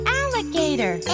alligator